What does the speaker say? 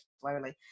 slowly